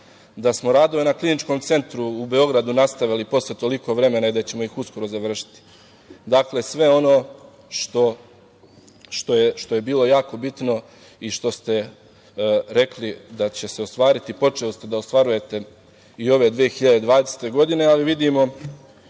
da smo radove na Kliničkom centru u Beogradu nastavili posle toliko vremena i da ćemo ih uskoro završiti. Dakle, sve ono što je bilo jako bitno i što ste rekli da će se ostvariti, počeli ste da ostvarujete i ove 2020. godine, ali vidimo